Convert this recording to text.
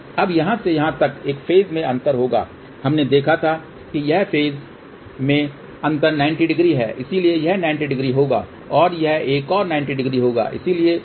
अब यहाँ से यहाँ तक एक फेज में अंतर होगा हमने देखा था कि यह फेज में अंतर 900 है इसलिए यह 900 होगा और यह एक और 900 होगा